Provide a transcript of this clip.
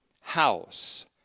house